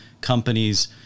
companies